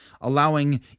allowing